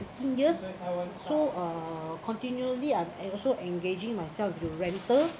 fifteen years so uh continually I uh also engaging myself through rental